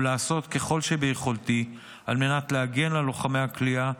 ולעשות ככל שביכולתי על מנת להגן על לוחמי הכליאה,